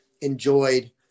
enjoyed